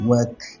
Work